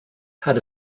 had